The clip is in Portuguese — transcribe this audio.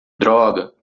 droga